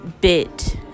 bit